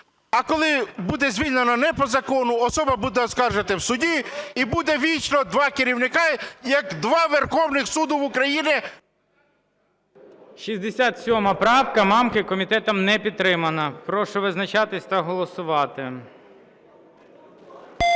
А коли буде звільнено не по закону, особа буде оскаржувати в суді. І буде вічно два керівника, як два Верховні Суди в Україні. ГОЛОВУЮЧИЙ. 67 правка Мамки. Комітетом не підтримана. Прошу визначатися та голосувати.